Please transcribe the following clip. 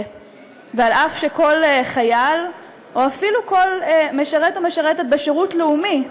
ואף שכל חייל או אפילו כל משרת או משרתת בשירות לאומי,